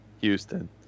Houston